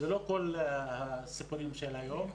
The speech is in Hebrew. זה לא כל הסיפורים של היום,